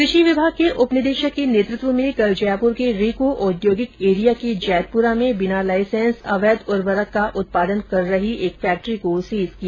कृषि विभाग के उपनिदेशक के नेतृत्व में कल जयपूर के रीको औद्योगिक एरिया के जेतपूरा में बिना लाइसेंस अवैध उर्वरक का उत्पादन कर रही एक फैक्ट्री को सीज किया